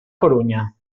corunya